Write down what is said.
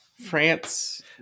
France